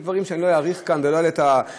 אלה דברים שאני לא אאריך בהם כאן ולא אלאה את המליאה,